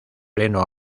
pleno